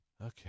Okay